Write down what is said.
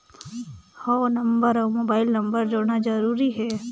हव नंबर अउ mobile number जोड़ना जरूरी हे?